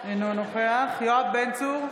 אינו נוכח יואב בן צור,